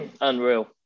unreal